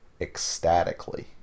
ecstatically